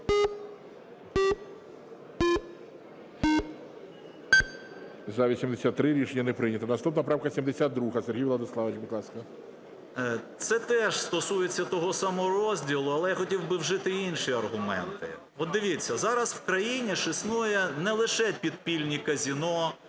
Це теж стосується того самого розділу, але я хотів би вжити інші аргументи. От дивіться, зараз в країні ж існує не лише підпільні казино,